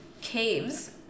caves